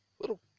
little